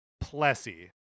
Plessy